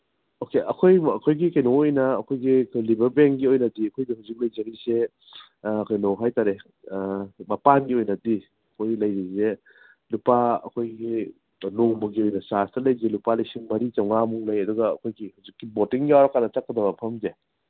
okay ꯑꯩꯈꯣꯏ ꯑꯩꯈꯣꯏꯒꯤ ꯀꯩꯅꯣ ꯑꯣꯏꯅ ꯑꯩꯈꯣꯏꯒꯤ ꯔꯤꯚꯔ ꯕꯦꯡꯒꯤ ꯑꯣꯏꯅꯗꯤ ꯑꯩꯈꯣꯏꯗ ꯍꯧꯖꯤꯛ ꯂꯩꯖꯔꯤꯁꯦ ꯀꯩꯅꯣ ꯍꯥꯏ ꯇꯥꯔꯦ ꯃꯄꯥꯟꯒꯤ ꯑꯣꯏꯅꯗꯤ ꯑꯩꯈꯣꯏ ꯂꯩꯔꯤꯁꯦ ꯂꯨꯄꯥ ꯑꯩꯈꯣꯏꯒꯤ ꯅꯣꯡꯃꯒꯤ ꯑꯣꯏꯅ ꯆꯥꯔꯖꯇ ꯂꯩꯁꯦ ꯂꯨꯄꯥ ꯂꯤꯁꯤꯡ ꯃꯔꯤ ꯆꯥꯃꯉꯥꯃꯨꯛ ꯂꯩ ꯑꯗꯨꯒ ꯑꯩꯈꯣꯏꯒꯤ ꯍꯧꯖꯤꯛꯀꯤ ꯕꯣꯇꯤꯡ ꯌꯥꯎꯔꯀꯥꯟꯗ ꯆꯠꯀꯗꯧꯕ ꯃꯐꯝꯁꯦ